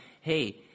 hey